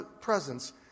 presence